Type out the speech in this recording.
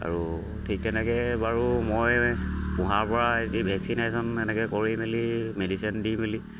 আৰু ঠিক তেনেকে বাৰু মই পোহাৰ পৰা যি ভেক্সিনেশ্যন এনেকে কৰি মেলি মেডিচিন দি মেলি